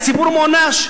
הציבור מוענש,